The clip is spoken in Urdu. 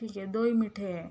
ٹھیک ہے دو ہی میٹھے ہیں